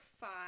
five